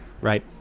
Right